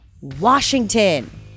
Washington